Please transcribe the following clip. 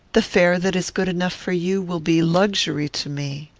the fare that is good enough for you will be luxury to me.